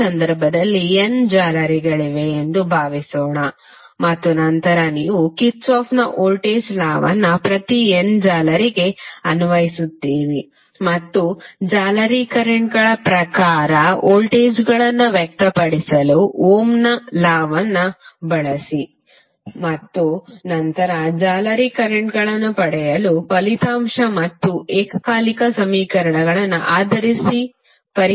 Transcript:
ಈ ಸಂದರ್ಭದಲ್ಲಿ n ಜಾಲರಿಗಳಿವೆ ಎಂದು ಭಾವಿಸೋಣ ಮತ್ತು ನಂತರ ನೀವು ಕಿರ್ಚಾಫ್ನ ವೋಲ್ಟೇಜ್ ಲಾ ವನ್ನುKirchhoffs voltage law ಪ್ರತಿ n ಜಾಲರಿಗೆ ಅನ್ವಯಿಸುತ್ತೀರಿ ಮತ್ತು ಜಾಲರಿ ಕರೆಂಟ್ಗಳ ಪ್ರಕಾರ ವೋಲ್ಟೇಜ್ಗಳನ್ನು ವ್ಯಕ್ತಪಡಿಸಲು ಓಮ್ನ ಲಾವನ್ನುOhms law ಬಳಸಿ ಮತ್ತು ನಂತರ ಜಾಲರಿ ಕರೆಂಟ್ಗಳನ್ನು ಪಡೆಯಲು ಫಲಿತಾಂಶ ಮತ್ತು ಏಕಕಾಲಿಕ ಸಮೀಕರಣಗಳನ್ನು ಆದರಿಸಿ ಪರಿಹರಿಸಿ